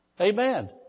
Amen